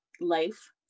life